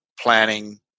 planning